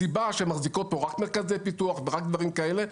הסיבה שהן מחזיקות פה רק מרכזי פיתוח ורק דברים כאלה,